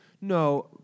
No